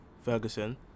Ferguson